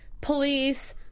Police